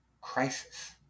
crisis